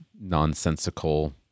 nonsensical